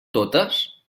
totes